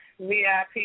VIP